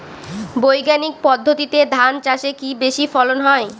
বৈজ্ঞানিক পদ্ধতিতে ধান চাষে কি বেশী ফলন হয়?